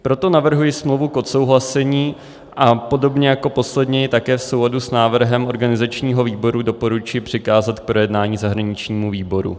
Proto navrhuji smlouvu k odsouhlasení a podobně jako posledně ji také v souladu s návrhem organizačního výboru doporučuji přikázat k projednání zahraničnímu výboru.